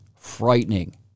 Frightening